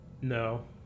No